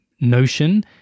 notion